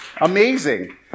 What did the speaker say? Amazing